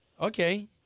Okay